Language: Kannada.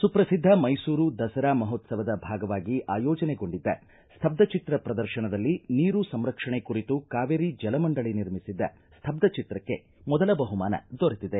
ಸುಪ್ರಸಿದ್ದ ಮೈಸೂರು ದಸರಾ ಮಹೋತ್ಸವದ ಭಾಗವಾಗಿ ಆಯೋಜನೆಗೊಂಡಿದ್ದ ಸ್ತ್ಯುಚಿತ್ರ ಪ್ರದರ್ಶನದಲ್ಲಿ ನೀರು ಸಂರಕ್ಷಣೆ ಕುರಿತು ಕಾವೇರಿ ಜಲ ಮಂಡಳಿ ನಿರ್ಮಿಸಿದ್ದ ಸ್ತಬ್ಧ ಚಿತ್ರಕ್ಕೆ ಮೊದಲ ಬಹುಮಾನ ದೊರೆತಿದೆ